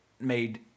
made